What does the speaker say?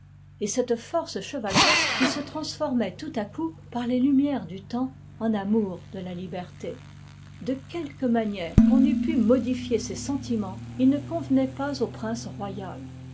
et cette force chevaleresque qui se transformait tout à coup par les lumières du temps en amour de la liberté de quelque manière qu'on eût pu modmer ces sentiments ils ne convenaient pas au prince royal